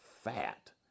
fat